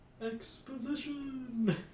Exposition